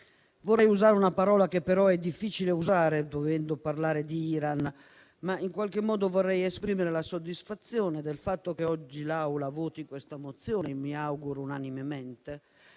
vorrei usare una parola che però è difficile usare dovendo parlare di Iran, ma vorrei esprimere la soddisfazione per il fatto che oggi l'Assemblea voti questa mozione - mi auguro unanimemente